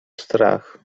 strach